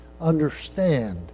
understand